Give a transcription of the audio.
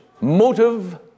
motive